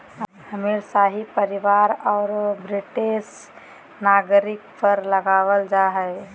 अमीर, शाही परिवार औरो ब्रिटिश नागरिक पर लगाबल जा हइ